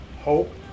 hope